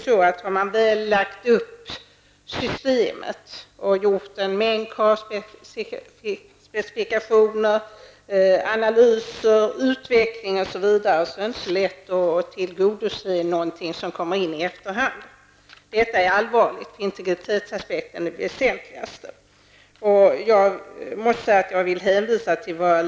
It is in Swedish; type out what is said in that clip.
Har man väl lagt upp systemet och gjort en mängd specifikationer, analyser, utvecklingsarbeten osv., är det inte så lätt att tillgodose någonting som kommer in i efterhand. Detta är allvarligt. Integritetsaspekten är det väsentligaste.